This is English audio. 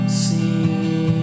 see